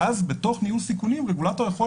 ואז בתוך ניהול סיכונים רגולטור יכול